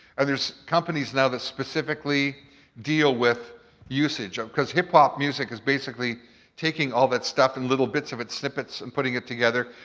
and companies now that specifically deal with usage of. because hip hop music is basically taking all that stuff in little bits of its snippets and putting it together,